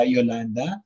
Yolanda